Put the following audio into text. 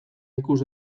ikus